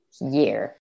year